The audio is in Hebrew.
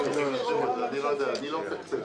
אני לא מתקצב.